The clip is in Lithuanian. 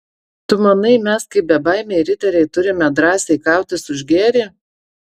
tu manai mes kaip bebaimiai riteriai turime drąsiai kautis už gėrį